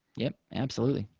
yep, absolutely.